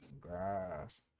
grass